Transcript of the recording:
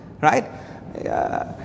right